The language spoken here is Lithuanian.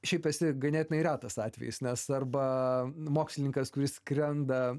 šiaip esi ganėtinai retas atvejis nes arba mokslininkas kuris skrenda